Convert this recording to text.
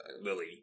lily